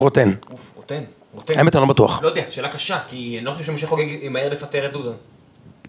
רוטן. אוף, רוטן, רוטן. האמת אני לא בטוח. לא יודע, שאלה קשה, כי אני לא חושב שמשה חוגג ימהר לפטר את דודו.